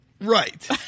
Right